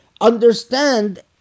understand